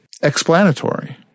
explanatory